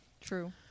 True